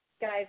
Guys